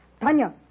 Tanya